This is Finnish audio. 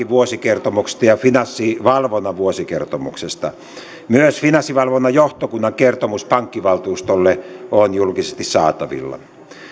vuosikertomuksesta ja finanssivalvonnan vuosikertomuksesta myös finanssivalvonnan johtokunnan kertomus pankkivaltuustolle on julkisesti saatavilla